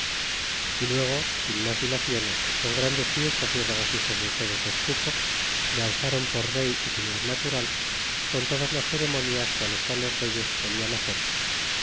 y luego sin mas dilaciones con grandes fiestas y regocijos de todo tezcuco le alzron por rey y señor natural con todas las ceremonias que los tales reyes solian hacer